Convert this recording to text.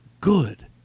good